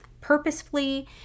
purposefully